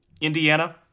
Indiana